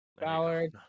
Ballard